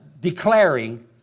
declaring